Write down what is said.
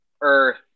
Earth